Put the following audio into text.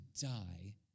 die